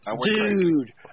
Dude